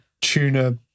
tuna